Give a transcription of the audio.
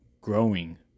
growing